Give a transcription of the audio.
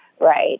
right